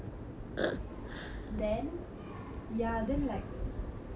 this was like so this happen over like a lot of months okay